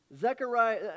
Zechariah